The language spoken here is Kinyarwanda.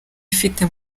ifite